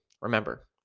Remember